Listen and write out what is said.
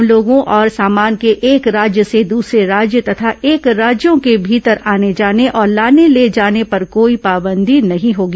आम लोगों और सामान के एक राज्य से दूसरे राज्य तथा एक राज्यो के भीतर आने जाने और लाने ले जाने पर कोई पाबंदी नहीं होगी